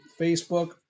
Facebook